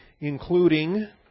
including